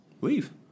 leave